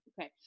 okay